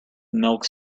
milky